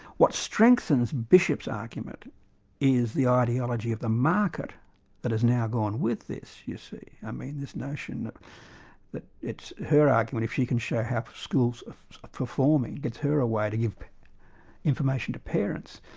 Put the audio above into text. what strengthens bishop's argument is the ideology of the market that has now gone with this, you see. i mean this notion that it's her argument if you can show how schools are performing, gets her a way to give information to parents.